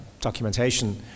documentation